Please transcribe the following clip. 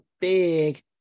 big